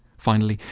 finally,